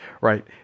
Right